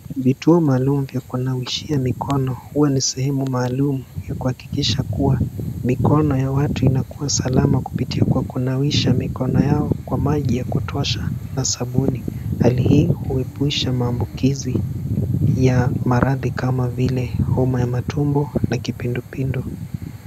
Vituo maalum vya kusafishia mikono huwa ni sehemu maalum ya kuhakikishia mikono ya watu inakuwa salama kupitia kwa kunawisha mikono yao kwa maji ya kutosha na sabuni. Hali hii huepusha maambukizi ya maradhi kama vile homa ya matumbo na kipindupindu.